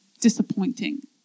disappointing